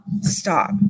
stop